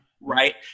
Right